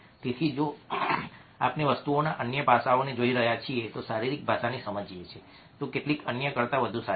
તેથી જો આપણે વસ્તુઓના અન્ય પાસાઓને જોઈ રહ્યા છીએ શારીરિક ભાષાને સમજીએ છીએ તો કેટલીક અન્ય કરતા વધુ સારી છે